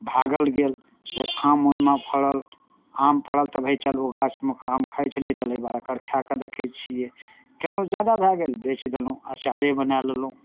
भागल गेल फेर आम ओहिमे फड़ल आम फड़ल तऽ भाय चलू ओहि गाछमेके आम खाइ छलियै चल एहि बार एकर खाए कऽ देखै छियै खेलहुँ ज्यादा भए गेल बेचि देलहुँ अँचारे बनाए लेलहुँ